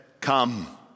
come